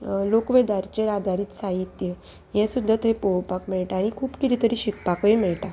लोकवेदारचेर आदारीत साहित्य हें सुद्दां थंय पळोवपाक मेळटा आनी खूब कितें तरी शिकपाकूय मेळटा